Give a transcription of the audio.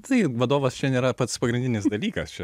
tai vadovas čia nėra pats pagrindinis dalykas čia